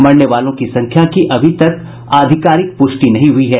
मरने वालों की संख्या की अभी तक आधिकारिक प्रष्टि नहीं हुई है